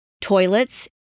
toilets